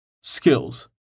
Skills